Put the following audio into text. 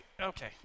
Okay